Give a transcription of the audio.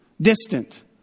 distant